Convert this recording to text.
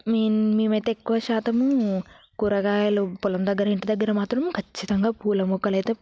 మేము అయితే ఎక్కువ శాతం కూరగాయలు పొలం దగ్గరే ఇంటి దగ్గర మాత్రం ఖచ్చితంగా పూల మొక్కలైతే